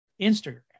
instagram